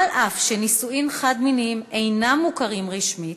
על אף שנישואים חד-מיניים אינם מוכרים רשמית,